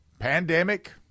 Pandemic